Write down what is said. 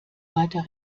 weiter